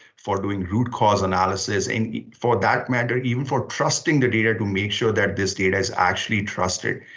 for doing root cause analysis, and for that matter, even for trusting the data to make sure that this data is actually trusted.